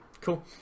Cool